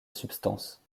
substance